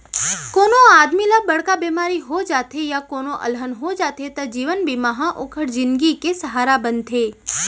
कोनों आदमी ल बड़का बेमारी हो जाथे या कोनों अलहन हो जाथे त जीवन बीमा ह ओकर जिनगी के सहारा बनथे